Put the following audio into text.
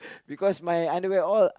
because my underwear all